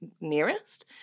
nearest